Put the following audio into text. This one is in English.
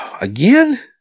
again